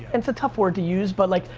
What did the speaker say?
it's a tough word to use, but like,